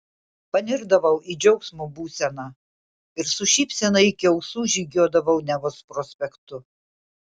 panirdavau į džiaugsmo būseną ir su šypsena iki ausų žygiuodavau nevos prospektu